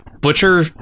Butcher